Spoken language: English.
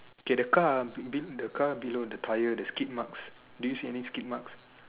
okay the car be be the car below the tire the skit marks do you see any skit marks